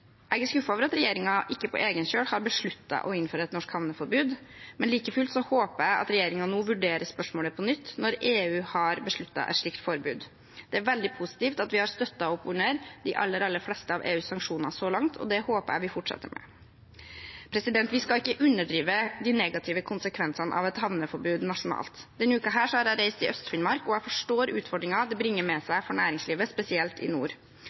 Jeg er skuffet over at regjeringen ikke på egen kjøl har besluttet å innføre et norsk havneforbud, men like fullt håper jeg at regjeringen vurderer spørsmålet på nytt nå når EU har besluttet et slikt forbud. Det er veldig positivt at vi har støttet opp under de aller, aller fleste av EUs sanksjoner så langt, og det håper jeg vi fortsetter med. Vi skal ikke underdrive de negative konsekvensene av et havneforbud nasjonalt. Denne uken har jeg reist i Øst-Finnmark, og jeg forstår utfordringen det bringer med seg for næringslivet, spesielt i nord.